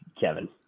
Kevin